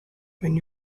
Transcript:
when